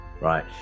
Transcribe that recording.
right